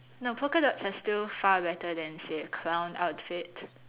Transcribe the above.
no polka dots are still far better than the clown outfits